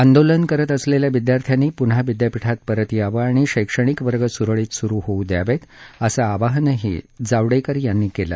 आंदोलन करत असलेल्या विद्यार्थ्यांनी पुन्हा विद्यापीठात परत यावं आणि शैक्षणिक वर्ग सुरळीत सुरु होऊ द्यावेत असं आवाहनही जावडेकर यांनी केलं